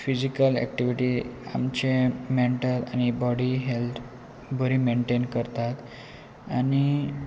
physical activity आमचे mental आनी body health बरी मेनटेन करतात आनी